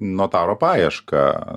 notaro paieška